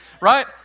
Right